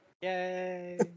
Yay